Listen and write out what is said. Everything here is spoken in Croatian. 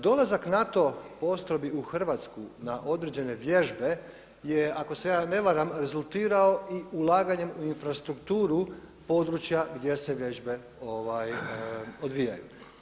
Dolazak NATO postrojbi u Hrvatsku na određene zemlje je ako se ja ne varam rezultirao i ulaganjem u infrastrukturu područja gdje se vježbe odvijaju.